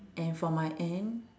and for my end